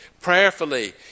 prayerfully